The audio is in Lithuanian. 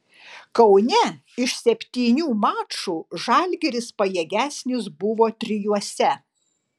kaune iš septynių mačų žalgiris pajėgesnis buvo trijuose